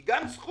היא גם זכות,